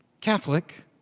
Catholic